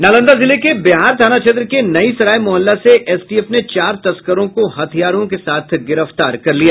नालंदा जिले के बिहार थाना क्षेत्र के नयी सराय मुहल्ला से एसटीएफ ने चार तस्करों को हथियार के साथ गिरफ्तार कर लिया